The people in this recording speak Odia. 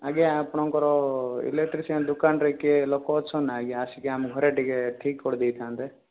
ଆଜ୍ଞା ଆପଣଙ୍କର ଇଲେକ୍ଟ୍ରିସିଆନ୍ ଦୋକାନରେ କିଏ ଲୋକ ଅଛି ନା ଆଜ୍ଞା ଆସିକି ଆମ ଘରେ ଟିକେ ଠିକ୍ କରି ଦେଇଥାନ୍ତେ